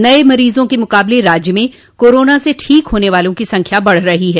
नये मरीजों के मुकाबले राज्य में कोरोना से ठीक होने वालों की संख्या बढ़ रही है